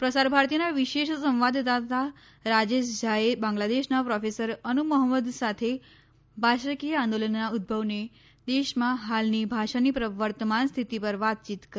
પ્રસારભારતીના વિશેષ સંવાદદાતા રાજેશ ઝાએ બાંગ્લાદેશના પ્રોફેસર અનુ મોફમ્મદ સાથે ભાષાકીય આંદોલનના ઉદભવ ને દેશમાં હાલની ભાષાની વર્તમાન સ્થિતિ પર વાતચીત કરી